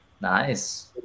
Nice